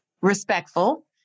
respectful